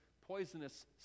poisonous